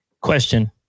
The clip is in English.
Question